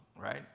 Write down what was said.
right